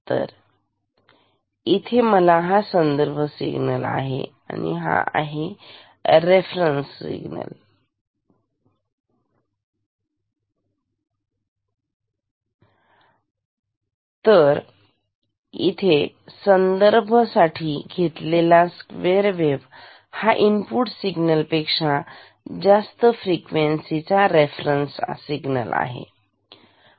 तर इथे मला हा संदर्भ सिग्नल आहे हा आहे संदर्भ संदर्भासाठी घेतलेला स्क्वेअर हा इनपुट सिग्नल पेक्षा जास्त फ्रिक्वेन्सी चा रेफरन्स सिग्नल आहे